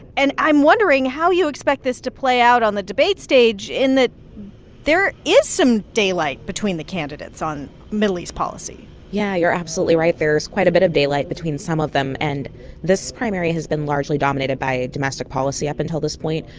and i'm wondering how you expect this to play out on the debate stage in that there is some daylight between the candidates on middle east policy yeah, you're absolutely right. there is quite a bit of daylight between some of them. and this primary has been largely dominated by domestic policy up until this point,